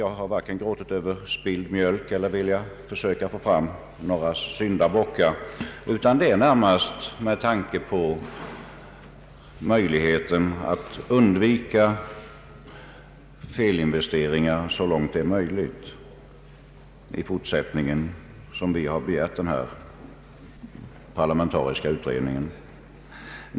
Jag har varken gråtit över spilld mjölk eller velat försöka få fram några syndabockar, utan det är närmast med tanke på möjligheten att så långt möjligt undvika felinvesteringar i fortsättningen som vi begärt denna parlamentariska utredning.